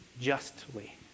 justly